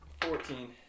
Fourteen